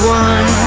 one